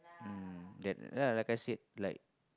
mm that yeah like I said like